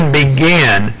began